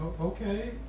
Okay